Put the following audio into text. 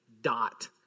dot